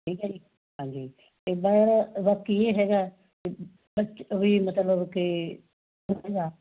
ਠੀਕ ਆ ਜੀ ਹਾਂਜੀ ਇੱਦਾਂ ਯਾਰ ਬਾਕੀ ਇਹ ਹੈਗਾ ਵੀ ਮਤਲਬ ਕਿ